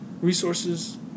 resources